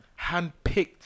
Handpicked